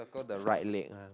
got the right leg lah